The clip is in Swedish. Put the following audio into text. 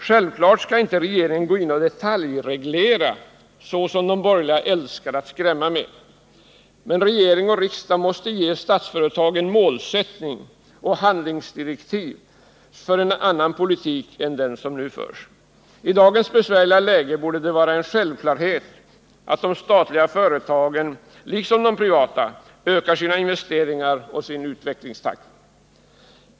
Självfallet skall inte regeringen gå in och detaljreglera, något som de borgerliga älskar att skrämma med. Men regering och riksdag måste ge Statsföretag en målsättning och handlingsdirektiv för en annan politik än den som nu förs. I dagens besvärliga läge borde det vara en självklarhet att de statliga företagen, liksom de privata, ökar sina investeringar och sin utvecklingstakt.